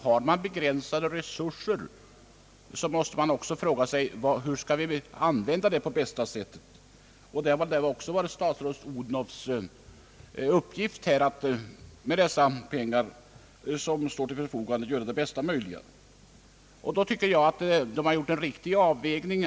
Har man begränsade resurser, så måste man fråga sig hur man skall kunna använda dem på bästa sätt. Det har varit statsrådet Odhnoffs uppgift att med de pengar som står till förfogande göra det bästa möjliga. Jag tycker att förslaget innebär en riktig avvägning.